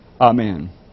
Amen